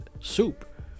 soup